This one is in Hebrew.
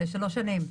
לשלוש שנים.